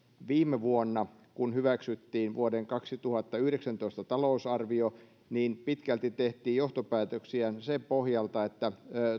viime vuonna hyväksyttiin vuoden kaksituhattayhdeksäntoista talousarvio pitkälti tehtiin johtopäätöksiä sen pohjalta että